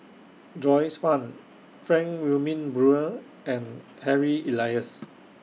Joyce fan Frank Wilmin Brewer and Harry Elias